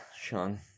Sean